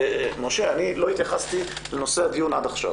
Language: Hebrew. משה, אני לא התייחסתי לנושא הדיון עד עכשיו.